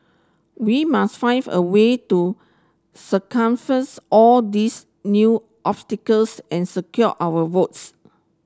we must find a way to circumvents all these new obstacles and secure our votes